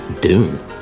Dune